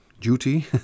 duty